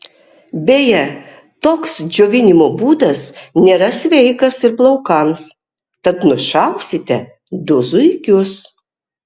beje toks džiovinimo būdas nėra sveikas ir plaukams tad nušausite du zuikius